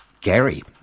Gary